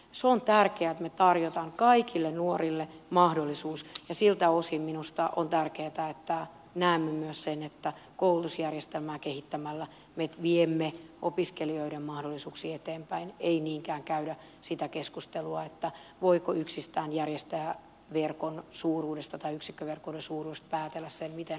se on tärkeää että me tarjoamme kaikille nuorille mahdollisuuden ja siltä osin minusta on tärkeätä että näemme myös sen että koulutusjärjestelmää kehittämällä me viemme opiskelijoiden mahdollisuuksia eteenpäin ei niinkään käydä sitä keskustelua voiko yksistään järjestäjäverkon suuruudesta tai yksikkökokojen suuruudesta päätellä sen miten asiat ovat